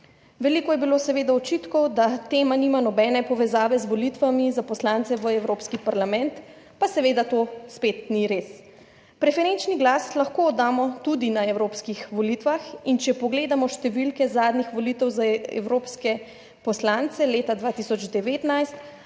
Veliko je bilo seveda očitkov, da tema nima nobene povezave z volitvami za poslance v Evropski parlament, pa seveda to spet ni res. Preferenčni glas lahko damo tudi na evropskih volitvah in če pogledamo številke zadnjih volitev za evropske poslance leta 2019,